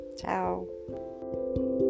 ciao